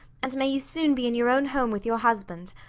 and may you soon be in your own home with your husband.